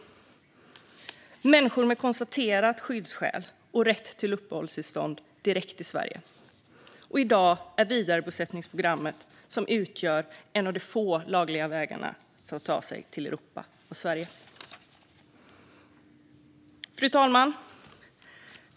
Detta är alltså människor med konstaterade skyddsskäl och rätt till uppehållstillstånd direkt i Sverige, och vidarebosättningsprogrammet utgör i dag en av de få lagliga vägarna för att ta sig till Europa och Sverige. Fru talman!